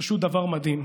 פשוט דבר מדהים.